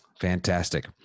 Fantastic